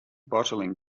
bottling